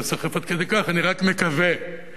אני רק מקווה שהאיש,